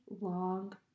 long